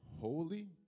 holy